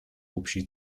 общей